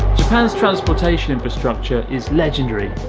japan's transportation infrastructure is legendary.